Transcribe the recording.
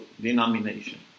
denomination